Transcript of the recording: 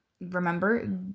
remember